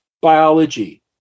biology